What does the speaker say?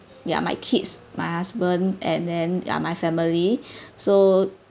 ya my kids my husband and then ya my family so